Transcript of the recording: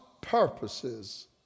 purposes